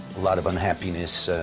lot of unhappiness.